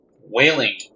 wailing